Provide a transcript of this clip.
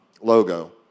logo